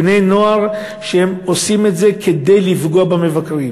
בני-נוער שעושים את זה כדי לפגוע במבקרים.